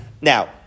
now